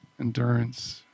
endurance